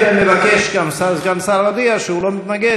גם סגן השר הודיע שהוא לא מתנגד.